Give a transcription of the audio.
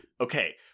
Okay